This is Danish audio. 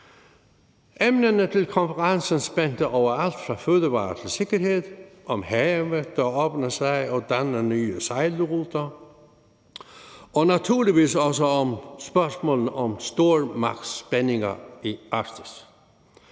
Emnerne ved konferencen spændte fra fødevarer til sikkerhed og om havet, der åbner sig og danner nye sejlruter, og naturligvis også om stormagtspændinger i Arktis.